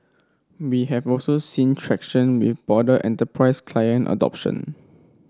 we have also seen traction with broader enterprise client adoption